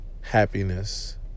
happiness